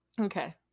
okay